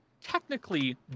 technically